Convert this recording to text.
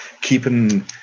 keeping